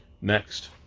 Next